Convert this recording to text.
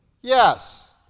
Yes